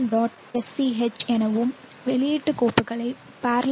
sch எனவும் வெளியீட்டுக் கோப்புகளை parallel